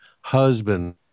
husband